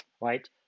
right